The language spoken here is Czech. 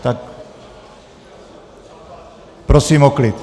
Tak prosím o klid!